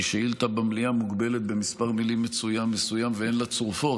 כי שאילתה במליאה מוגבלת במספר מילים מסוים ואין לה צרופות,